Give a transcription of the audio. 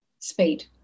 speed